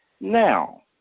now